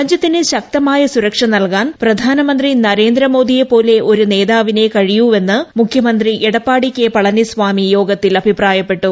രാജ്യത്തിന് ശക്തമായ സുരക്ഷ നൽകാൻ പ്രധാനമന്ത്രി നരേന്ദ്രമോദിയെപ്പോലെ ഒരു നേതാവിനെ കഴിയൂവെന്ന് മുഖ്യമന്ത്രി എടപ്പാടി കെ പളനി സ്വാമി യോഗത്തിൽ അഭിപ്രായപ്പെട്ടു